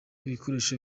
ibikoresho